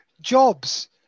jobs